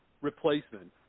replacement